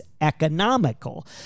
economical